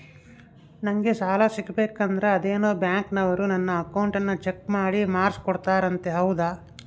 ನಂಗೆ ಸಾಲ ಸಿಗಬೇಕಂದರ ಅದೇನೋ ಬ್ಯಾಂಕನವರು ನನ್ನ ಅಕೌಂಟನ್ನ ಚೆಕ್ ಮಾಡಿ ಮಾರ್ಕ್ಸ್ ಕೋಡ್ತಾರಂತೆ ಹೌದಾ?